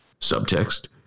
Subtext